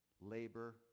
labor